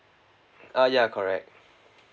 uh ya correct